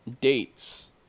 dates